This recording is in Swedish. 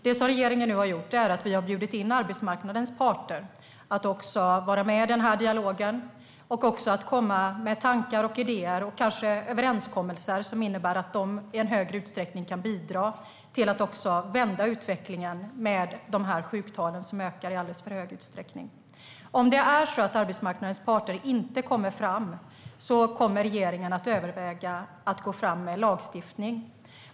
Det som vi nu har gjort är att vi har bjudit in arbetsmarknadsparterna till att vara med i den här dialogen med tankar, idéer och kanske överenskommelser som innebär att de i större utsträckning kan bidra till att vända utvecklingen av sjuktalen som ökar i en alldeles för hög grad. Om arbetsmarknadens parter inte kommer fram här kommer regeringen att överväga att gå fram med lagstiftning.